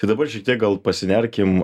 tai dabar šiek tiek gal pasinerkim